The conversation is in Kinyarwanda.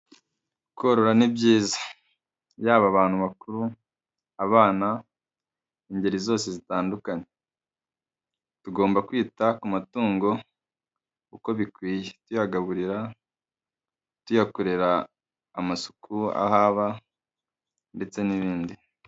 Korora ni byiza, yaba abantu bakuru, abana, ingeri zose zitandukanye, tugomba kwita ku matungo uko bikwiye, tuyagaburira tuyakorera amasuku aho aba ndetse n'ibindi.